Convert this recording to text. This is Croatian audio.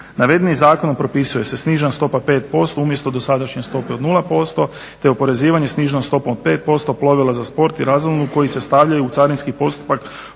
Navedenim zakonom propisuje se snižena stopa 5% umjesto dosadašnje stope od 0% te oporezivanje sniženom stopom 5% plovila za sport i razonodu koji se stavljaju u carinski postupak